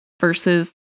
versus